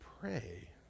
pray